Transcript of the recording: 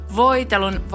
voitelun